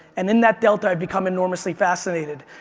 and in that delta, i become enormously fascinated.